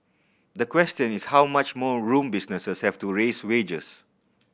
the question is how much more room businesses have to raise wages